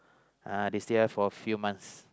uh they still have for few months